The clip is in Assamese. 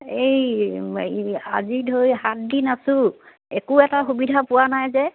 এই আজি ধৰি সাতদিন আছোঁ একো এটা সুবিধা পোৱা নাই যে